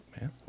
man